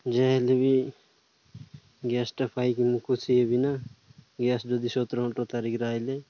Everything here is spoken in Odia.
ଯାହା ହେଲେ ବି ଗ୍ୟାସ୍ଟା ପାଇକି ମୁଁ ଖୁସି ହେବି ନା ଗ୍ୟାସ୍ ଯଦି ସତର ଅଠର ତାରିଖରେ ଆସିଲେ